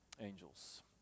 angels